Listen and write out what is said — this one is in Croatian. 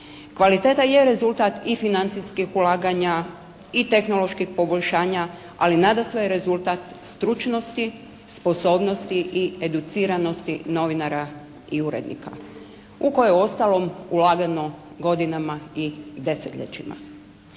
Kvaliteta je rezultat i financijskih ulaganja i tehnoloških poboljšanja, ali nadasve rezultat stručnosti, sposobnosti i educiranosti novinara i urednika u koju je uostalom ulagano godinama i desetljećima.